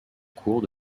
cours